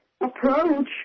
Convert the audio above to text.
approach